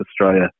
Australia